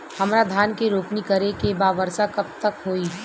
हमरा धान के रोपनी करे के बा वर्षा कब तक होई?